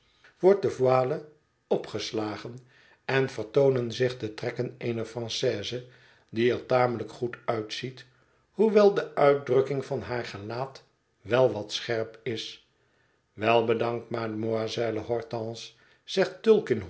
de voile opgeslagen en vertoonen zich de trekken eener francaise die er tamelijk goed uitziet hoewel de uitdrukking van haar gelaat wel wat scherp is wel bedankt mademoiselle hortense zegt